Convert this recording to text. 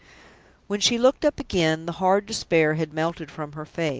when she looked up again, the hard despair had melted from her face.